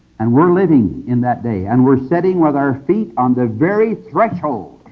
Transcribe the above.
and we're living in that day. and we're sitting with our feet on the very threshold,